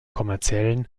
kommerziellen